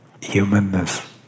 humanness